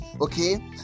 okay